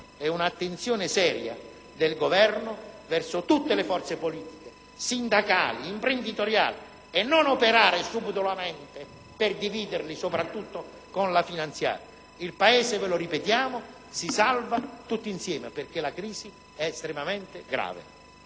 e un'attenzione seria da parte del Governo verso tutte le forze politiche, sindacali e imprenditoriali, evitando di operare subdolamente per dividere queste ultime, soprattutto con la manovra finanziaria. Il Paese, ve lo ripetiamo, si salva tutti insieme perché la crisi è estremamente grave.